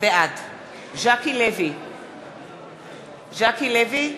ז'קי לוי,